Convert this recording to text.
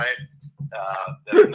right